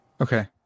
Okay